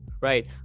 Right